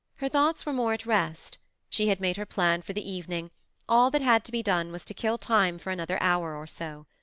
her thoughts were more at rest she had made her plan for the evening all that had to be done was to kill time for another hour or so.